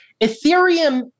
Ethereum